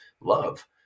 love